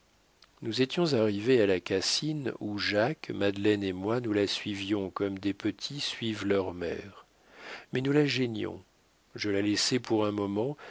nous étions arrivés à la cassine où jacques madeleine et moi nous la suivions comme des petits suivent leur mère mais nous la gênions je la laissai pour un moment